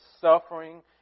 suffering